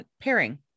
pairing